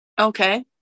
Okay